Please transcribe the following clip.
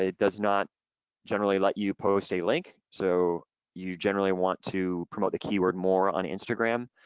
ah does not generally let you post a link. so you generally want to promote the keyword more on instagram.